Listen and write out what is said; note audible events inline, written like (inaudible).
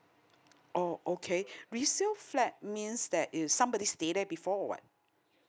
oh okay (breath) resale flat means that is somebody stay there before or what